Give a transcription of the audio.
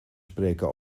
spreken